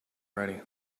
ready